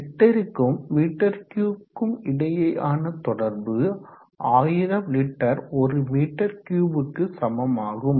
லிட்டருக்கும் metre கியூப்க்கும் இடையேயான ஆன தொடர்பு 1000 லிட்டர் ஒரு மீட்டர் கியூப்க்கு சமம் ஆகும்